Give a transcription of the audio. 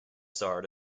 starred